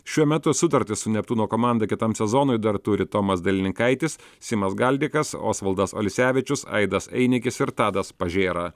šiuo metu sutartis su neptūno komanda kitam sezonui dar turi tomas delininkaitis simas galdikas osvaldas olisevičius aidas einikis ir tadas pažėra